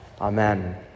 Amen